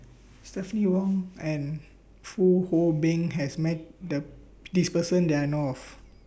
Stephanie Wong and Fong Hoe Beng has Met The This Person that I know of